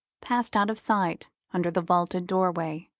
passed out of sight under the vaulted doorway.